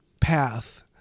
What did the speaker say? path